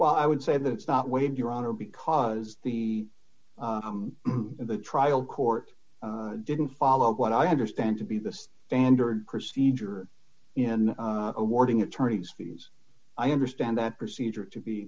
while i would say that it's not way in your honor because the in the trial court didn't follow what i understand to be the standard procedure in awarding attorneys fees i understand that procedure to be